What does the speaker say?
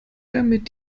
damit